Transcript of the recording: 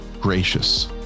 gracious